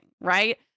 right